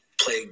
play